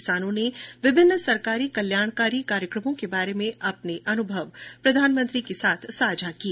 किसानों ने विभिन्न सरकारी कल्याणकारी कार्यक्रमों के बारे में अपने अनुभव श्री मोदी के साथ साझा किए